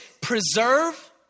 preserve